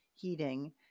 heating